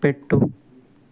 పెట్టు